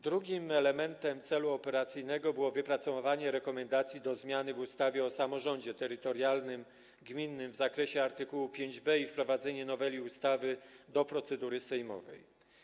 Drugim elementem celu operacyjnego było wypracowanie rekomendacji do zmiany w ustawie o samorządzie terytorialnym, gminnym w zakresie art. 5b i wprowadzenie noweli ustawy do procedury sejmowej.